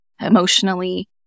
emotionally